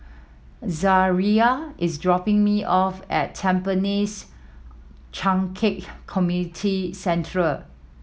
Zariah is dropping me off at Tampines Changkat Community Centre